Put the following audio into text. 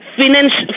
financial